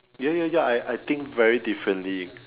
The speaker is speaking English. ya ya ya I I think very differently